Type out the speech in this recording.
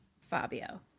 Fabio